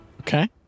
Okay